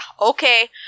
okay